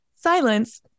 silence